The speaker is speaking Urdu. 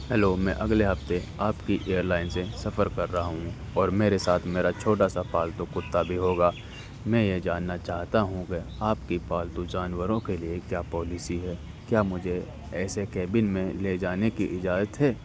ہیلو میں اگلے ہفتے آپ کی ایئر لائن سے سفر کر رہا ہوں اور میرے ساتھ میرا چھوٹا سا پالتو کتا بھی ہوگا میں یہ جاننا چاہتا ہوں کہ آپ کی پالتو جانوروں کے لیے کیا پالیسی ہے کیا مجھے ایسے کیبن میں لے جانے کی اجازت ہے